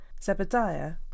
Zebadiah